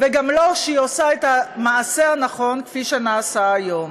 וגם לא כשהיא עושה את המעשה הנכון כפי שנעשה היום.